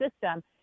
system